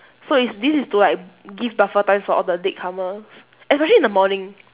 so is this is to like give buffer times for all the latecomers especially in the morning